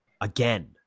Again